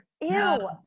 Ew